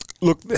Look